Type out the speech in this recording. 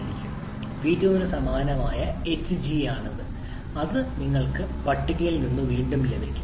അതിനാൽ നിങ്ങളുടെ H 2 prime യഥാർത്ഥത്തിൽ പി 2 ന് സമാനമായ എച്ച്ജി ആണ് അത് നിങ്ങൾക്ക് പട്ടികയിൽ നിന്ന് വീണ്ടും ലഭിക്കും